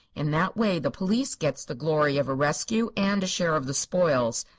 in that way the police gets the glory of a rescue and a share of the spoils.